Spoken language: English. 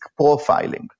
profiling